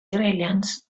israelians